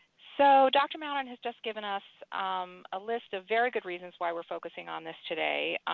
so dr. mouden has just given us um a list of very good reasons why we are focusing on this today.